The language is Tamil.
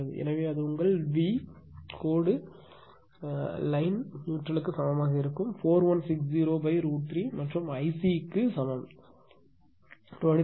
எனவே அது உங்கள் V கோடு நடுநிலைக்கு சமமாக இருக்கும் 4160√3 மற்றும் IC க்கு சமம் 23